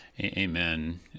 Amen